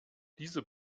dieser